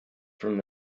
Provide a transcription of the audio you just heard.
from